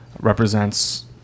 represents